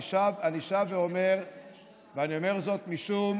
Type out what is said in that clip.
אני שב ואומר ואומר זאת משום